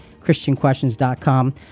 ChristianQuestions.com